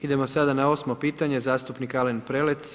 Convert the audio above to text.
Idemo sada na 8. pitanje, zastupnik Alen Prelec.